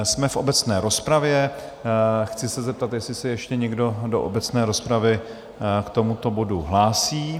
Jsme v obecné rozpravě, chci se zeptat, jestli se ještě někdo do obecné rozpravy k tomuto bodu hlásí?